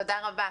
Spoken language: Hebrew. תודה רבה.